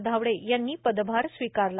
धावडे यांनी पदभार स्वीकारला